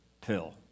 Pill